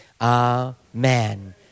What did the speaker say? amen